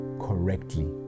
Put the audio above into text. correctly